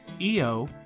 EO